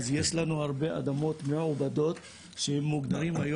ויש לנו הרבה אדמות מעובדות שהן מוגדרות היום